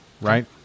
right